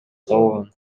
табылган